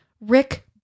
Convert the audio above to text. Rick